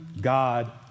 God